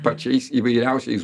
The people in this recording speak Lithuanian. pačiais įvairiausiais